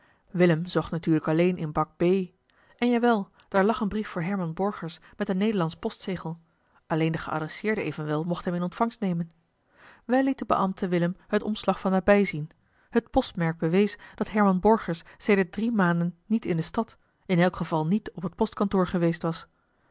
willem zocht natuurlijk alleen in bak b en jawel daar lag een brief voor herman borgers met een nederlandsch postzegel alleen de geadresseerde evenwel mocht hem in ontvangst nemen wel liet de beambte willem het omslag van nabij bezien het postmerk bewees dat herman borgers sedert drie maanden niet in de stad in elk geval niet op het postkantoor geweest was